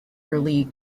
early